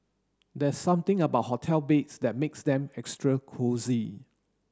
there's something about hotel beds that makes them extra cosy